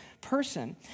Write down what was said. person